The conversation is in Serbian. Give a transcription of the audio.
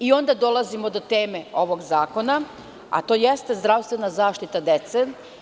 Tada dolazimo do teme ovog zakona, a to jeste zdravstvena zaštita dece.